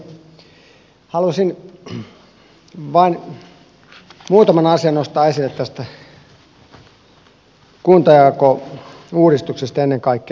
haluaisin muutaman asian nostaa esille tästä kuntajakouudistuksesta ennen kaikkea